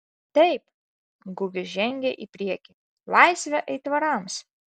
taip gugis žengė į priekį laisvę aitvarams